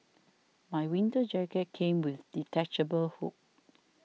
my winter jacket came with detachable hood